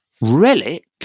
Relic